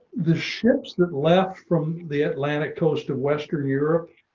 the ships that left from the atlantic coast of western europe,